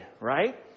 right